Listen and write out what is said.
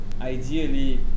ideally